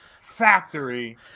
factory